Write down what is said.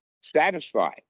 satisfied